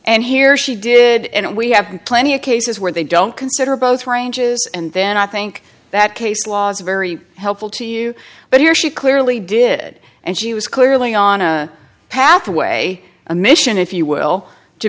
and here she did and we have plenty of cases where they don't consider both ranges and then i think that case law is very helpful to you but here she clearly did and she was clearly on a pathway a mission if you will to